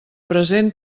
present